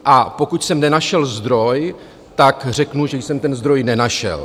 A pokud jsem nenašel zdroj, tak řeknu, že jsem ten zdroj nenašel.